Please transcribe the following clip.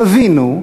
תבינו,